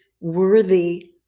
worthy